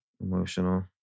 Emotional